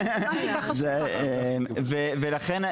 ולכן,